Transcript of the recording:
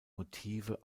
motive